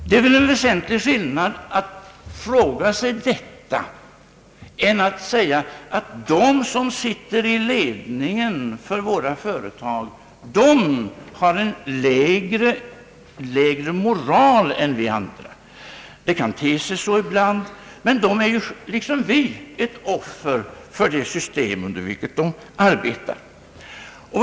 Det måste vara en väsentlig skillnad mellan att fråga sig detta och att säga att de som sitter i ledningen för våra företag har en lägre moral än vi andra. Det kan te sig så ibland, men dessa människor är liksom vi ett offer för det system under vilket vi alla arbetar.